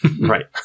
Right